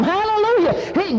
Hallelujah